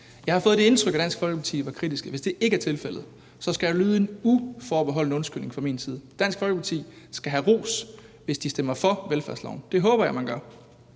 Jeg havde fået det indtryk, at Dansk Folkeparti var kritiske, og hvis det ikke er tilfældet, skal der lyde en uforbeholden undskyldning fra min side. Dansk Folkeparti skal have ros, hvis de stemmer for velfærdsloven. Det håber jeg at man gør,